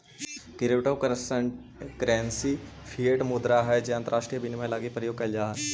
crypto currency fiat मुद्रा हइ जे अंतरराष्ट्रीय विनिमय लगी प्रयोग कैल जा हइ